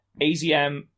AZM